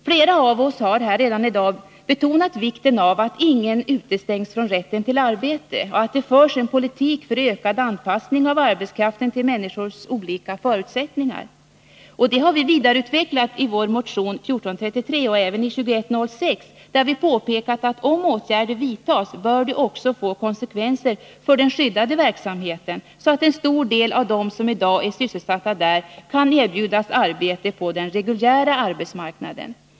Flera av oss har redan i dag betonat vikten av att ingen utestängs från rätten till arbete och av att det förs en politik för ökad anpassning av arbetskraften till människors olika förutsättningar. Detta har vi vidareutvecklat i vår motion 1433 och även i motion 2106, där vi påpekat att om åtgärder vidtas bör detta också få konsekvenser för den skyddade verksamheten, så att en stor del av dem som i dag är sysselsatta där kan erbjudas arbete på den reguljära arbetsmarknaden.